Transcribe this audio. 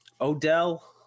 Odell